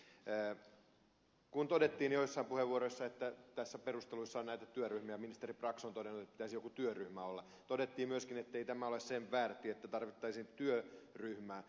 joissain puheenvuoroissa todettiin se että näissä perusteluissa on näitä työryhmiä ministeri brax on todennut että pitäisi joku työryhmä olla todettiin myöskin ettei tämä ole sen väärtti että tarvittaisiin työryhmä